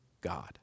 God